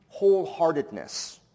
wholeheartedness